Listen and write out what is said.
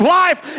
life